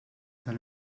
tal